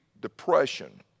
depression